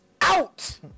out